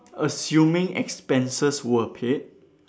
assuming expenses were paid